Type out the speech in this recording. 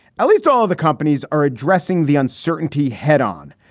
at least all of the companies are addressing the uncertainty head on,